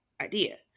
idea